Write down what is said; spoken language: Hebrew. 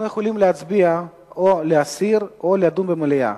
אנחנו יכולים להצביע או להסיר או לדון במליאה.